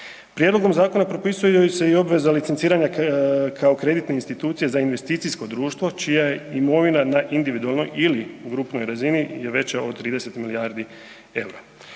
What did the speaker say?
Prijedlogom zakona propisuje se i obveza licenciranja kao kreditne institucije za investicijsko društvo čija je imovina na individualnoj ili grupnoj razini veća od 30 milijardi eura.